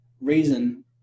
reason